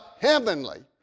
heavenly